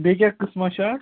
بیٚیہِ کیٛاہ قٕسما چھُ اَتھ